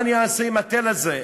מה אני אעשה עם התל הזה?